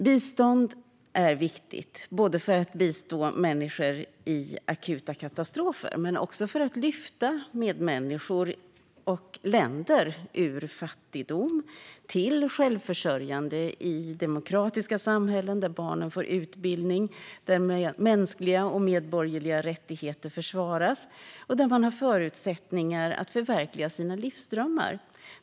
Bistånd är viktigt, både för att bistå medmänniskor i akuta katastrofer och för att bidra till att lyfta människor och länder ur fattigdom till självförsörjande i demokratiska samhällen, där barnen får utbildning, där mänskliga och medborgerliga rättigheter försvaras och där man har förutsättningar att förverkliga sina livsdrömmar.